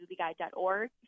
movieguide.org